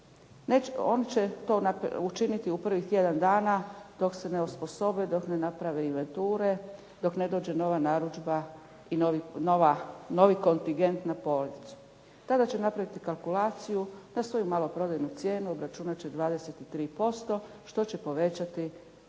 Oni će to učiniti u prvih tjedan dana dok se ne osposobe, dok ne naprave inventure, dok ne dođe nova narudžba i novi kontingent na policu. Tada će napraviti kalkulaciju, na svoju maloprodajnu cijenu obračunat će 23% što će povećati onda